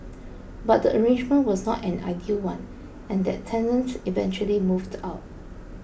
but the arrangement was not an ideal one and that tenant eventually moved out